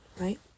right